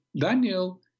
Daniel